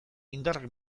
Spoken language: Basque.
indarrak